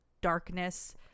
darkness